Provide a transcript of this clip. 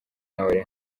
n’abari